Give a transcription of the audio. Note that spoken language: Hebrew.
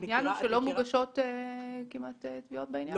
העניין הוא שלא מוגשות כמעט תביעות בעניין הזה.